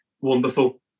Wonderful